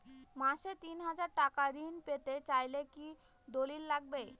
মাসে তিন হাজার টাকা ঋণ পেতে চাইলে কি দলিল লাগবে?